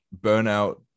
burnout